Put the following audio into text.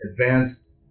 advanced